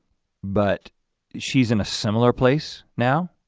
but she's in a similar place now